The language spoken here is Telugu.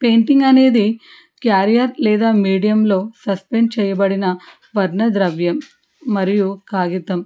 పెయింటింగ్ అనేది క్యారియర్ లేదా మీడియంలో సస్పెండ్ చేయబడిన వర్ణద్రవ్యం మరియు కాగితం